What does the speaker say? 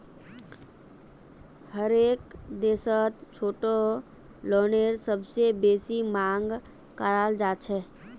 हरेक देशत छोटो लोनेर सबसे बेसी मांग कराल जाछेक